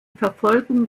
verfolgung